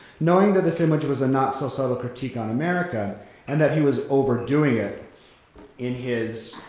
knowing that this image was a not so subtle critique on america and that he was overdoing it in his,